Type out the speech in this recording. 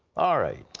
alright.